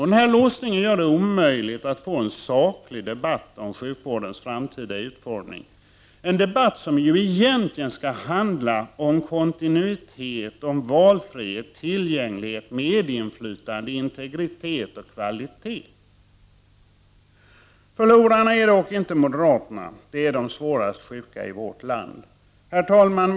Den här låsningen gör det omöjligt att få en saklig debatt om sjukvårdens framtida utformning — en debatt som egentligen skall handla om kontinuitet, valfrihet, tillgänglighet, medinflytande, integritet och kvalitet. Förlorarna är inte moderaterna utan de svårast sjuka i vårt land! Herr talman!